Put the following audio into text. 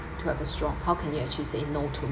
to have a straw how can you actually say no to